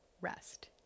rest